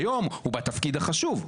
היום הוא בתפקיד חשוב,